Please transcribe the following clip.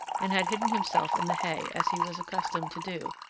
and had hidden himself in the hay, as he was accustomed to do,